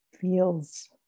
feels